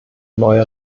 neue